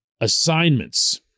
assignments